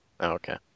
Okay